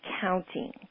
counting